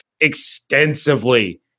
extensively